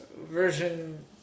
version